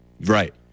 Right